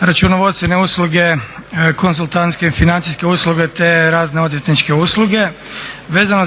računovodstvene usluge, konzultantske, financijske usluge, te razne odvjetničke usluge. Vezano